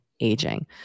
aging